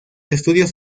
estudios